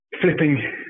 flipping